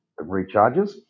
recharges